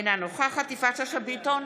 אינה נוכחת יפעת שאשא ביטון,